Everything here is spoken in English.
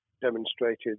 demonstrated